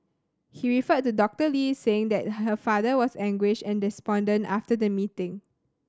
he referred to Doctor Lee saying that her father was anguished and despondent after the meeting